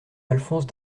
alphonse